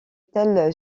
telle